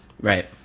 right